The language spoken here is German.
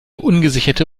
ungesicherte